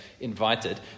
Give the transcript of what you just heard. invited